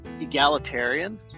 egalitarian